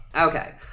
okay